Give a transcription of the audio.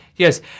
Yes